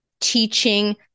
teaching